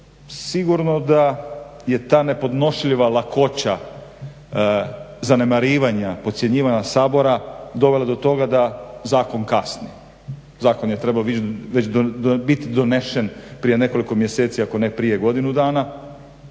Sigurno da je ta nepodnošljiva lakoća zanemarivanja, podcjenjivanja Sabora dovela do toga da zakon kasni. Zakon je već trebao biti donesen prije nekoliko mjeseci ako ne i prije godinu dana.